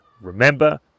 Remember